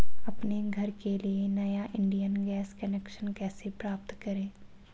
अपने घर के लिए नया इंडियन गैस कनेक्शन कैसे प्राप्त करें?